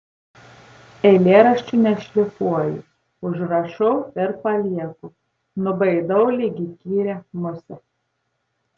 eilėraščių nešlifuoju užrašau ir palieku nubaidau lyg įkyrią musę